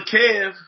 Kev